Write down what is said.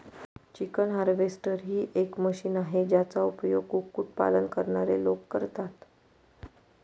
chicken harvester ही एक machine आहे, ज्याचा उपयोग कुक्कुट पालन करणारे लोक करतात